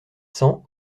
cents